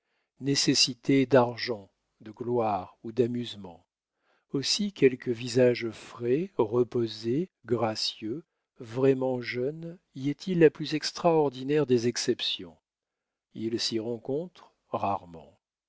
nécessité d'argent de gloire ou d'amusement aussi quelque visage frais reposé gracieux vraiment jeune y est-il la plus extraordinaire des exceptions il s'y rencontre rarement